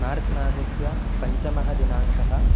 मार्च्मासस्य पञ्चमः दिनाङ्कः